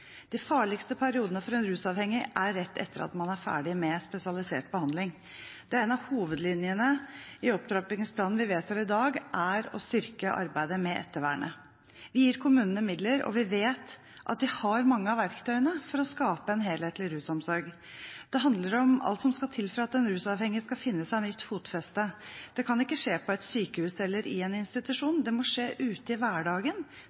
De farligste periodene for en rusavhengig er rett etter at man er ferdig med spesialisert behandling. Det er en av hovedlinjene i opptrappingsplanen vi vedtar i dag: å styrke arbeidet med ettervernet. Vi gir kommunene midler, og vi vet at de har mange av verktøyene for å skape en helhetlig rusomsorg. Det handler om alt som skal til for at en rusavhengig skal finne seg nytt fotfeste. Det kan ikke skje på et sykehus eller i en institusjon, det må skje ute i hverdagen